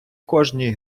кожній